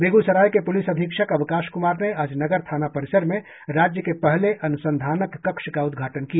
बेगूसराय के पुलिस अधीक्षक अवकाश कुमार ने आज नगर थाना परिसर में राज्य के पहले अनुसंधानक कक्ष का उद्घाटन किया